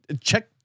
check